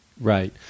Right